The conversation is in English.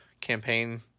campaign